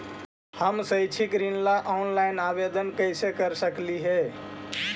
हम शैक्षिक ऋण ला ऑनलाइन आवेदन कैसे कर सकली हे?